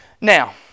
Now